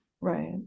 Right